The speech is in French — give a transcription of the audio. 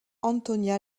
antonia